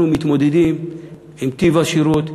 אנחנו מתמודדים עם טיב השירות,